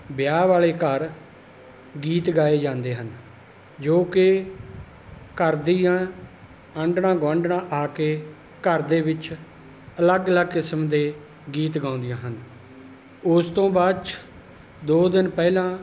ਵਿਆਹ ਵਾਲੇ ਘਰ ਗੀਤ ਗਾਏ ਜਾਂਦੇ ਹਨ ਜੋ ਕਿ ਘਰ ਦੀਆਂ ਆਂਢਣਾ ਗੁਆਂਢਣਾਂ ਆ ਕੇ ਘਰ ਦੇ ਵਿੱਚ ਅਲੱਗ ਅਲੱਗ ਕਿਸਮ ਦੇ ਗੀਤ ਗਾਉਂਦੀਆਂ ਹਨ ਉਸ ਤੋਂ ਬਾਅਦ 'ਚ ਦੋ ਦਿਨ ਪਹਿਲਾਂ